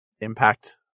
Impact